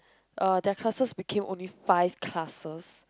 uh that classes become only five classes